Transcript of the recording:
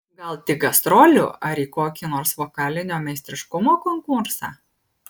gal tik gastrolių ar į kokį nors vokalinio meistriškumo konkursą